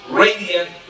radiant